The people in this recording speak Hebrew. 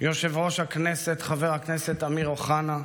יושב-ראש הכנסת חבר הכנסת אמיר אוחנה,